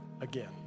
again